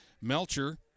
Melcher